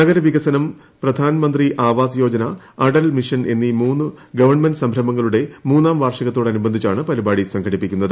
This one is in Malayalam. നഗരവികസനം പ്രധാൻമന്ത്രി ആവാസ് യോജന അടൽ മുഷ്ൻ എന്നീ മൂന്നു ഗവൺമെന്റ് സംരംഭങ്ങളുടെ മൂന്നാം വ്യൂർഷികത്തോടനുബന്ധിച്ചാണ് പരിപാടി സംഘടിപ്പിക്കുന്നത്